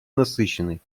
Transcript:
насыщенной